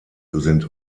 sind